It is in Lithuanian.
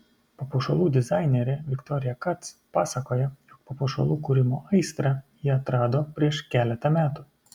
papuošalų dizainerė viktorija kac pasakoja jog papuošalų kūrimo aistrą ji atrado prieš keletą metų